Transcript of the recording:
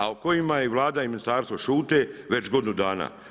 A o kojima i Vlada i ministarstvo šute već godinu dana.